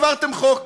העברתם חוק,